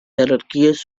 jerarquies